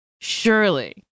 surely